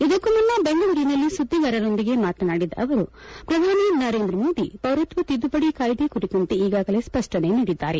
ಇದಕ್ಕೂ ಮುನ್ನ ಬೆಂಗಳೂರಿನಲ್ಲಿ ಸುದ್ದಿಗಾರರೊಂದಿಗೆ ಮಾತನಾಡಿದ ಅವರು ಪ್ರಧಾನಿ ನರೇಂದ್ರ ಮೋದಿ ಪೌರತ್ವ ತಿದ್ದುಪಡಿ ಕಾಯ್ದೆ ಕುರಿತಂತೆ ಅನಗತ್ಯ ಈಗಾಗಲೇ ಸ್ಪಷ್ಟನೆ ನೀಡಿದ್ದಾರೆ